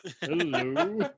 Hello